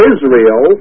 Israel